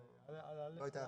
כדי שאני אעבוד ולא אתעצל.